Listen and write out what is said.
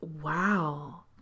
Wow